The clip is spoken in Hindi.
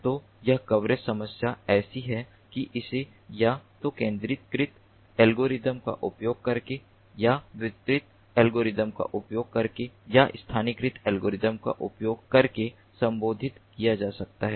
तो यह कवरेज समस्या ऐसी है कि इसे या तो केंद्रीकृत एल्गोरिदम का उपयोग करके या वितरित एल्गोरिदम का उपयोग करके या स्थानीयकृत एल्गोरिदम का उपयोग करके संबोधित किया जा सकता है